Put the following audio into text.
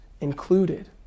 included